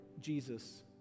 Jesus